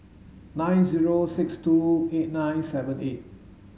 nine zero six two eight nine seven eight